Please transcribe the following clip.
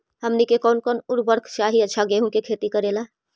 हमनी के कौन कौन उर्वरक चाही अच्छा गेंहू के खेती करेला?